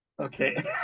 Okay